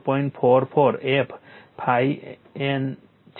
44 f N ∅max છે